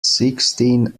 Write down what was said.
sixteen